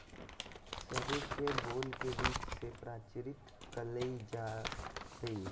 सरू के बेल के बीज से प्रचारित कइल जा हइ